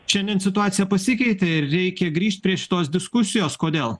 šiandien situacija pasikeitė reikia grįžt prie šitos diskusijos kodėl